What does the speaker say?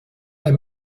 der